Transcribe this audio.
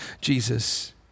Jesus